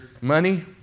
money